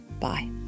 Bye